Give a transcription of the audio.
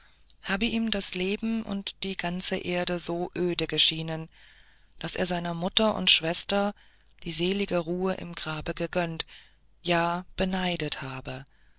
habe ihm das leben und die ganze erde so öde geschienen daß er seiner mutter und schwester die selige ruhe im grabe gegönnt ja beneidet habe